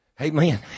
Amen